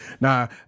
now